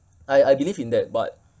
I I believe in that but